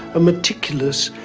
a meticulous,